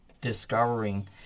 discovering